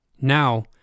Now